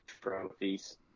trophies